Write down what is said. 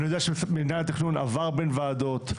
אני יודע שמנהל התכנון עבר בין ועדות,